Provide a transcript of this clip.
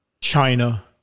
China